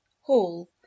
hall